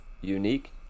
unique